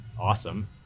awesome